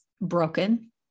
broken